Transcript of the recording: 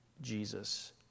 Jesus